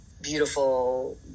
beautiful